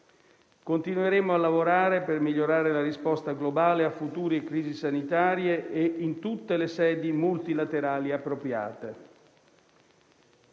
Continueremo a lavorare per migliorare la risposta globale a future crisi sanitarie e in tutte le sedi multilaterali appropriate.